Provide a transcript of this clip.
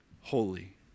holy